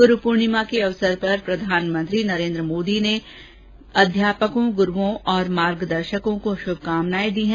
ग्रू पूर्णिमा के अवसर पर प्रधानमंत्री नरेन्द्र मोदी ने अध्यापकों ग्रूओं और मार्गदर्शकों को शुभकामना दी है